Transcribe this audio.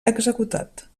executat